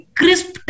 crisp